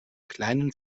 kleinen